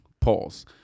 pause